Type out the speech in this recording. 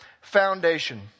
foundation